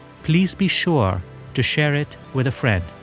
please be sure to share it with a friend.